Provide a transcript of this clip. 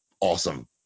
awesome